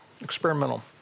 experimental